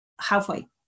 halfway